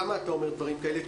למה אתה אומר דברים כאלה?